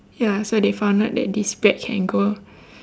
ya so they found out that this bread can grow